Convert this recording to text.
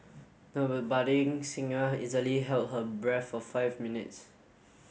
the budding singer easily held her breath for five minutes